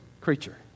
creature